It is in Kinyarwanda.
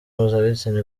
mpuzabitsina